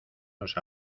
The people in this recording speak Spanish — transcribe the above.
los